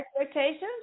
expectations